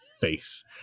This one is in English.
face